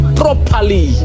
properly